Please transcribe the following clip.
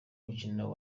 mukino